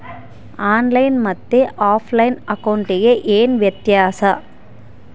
On line ಮತ್ತೆ offline ಅಕೌಂಟಿಗೆ ಏನು ವ್ಯತ್ಯಾಸ?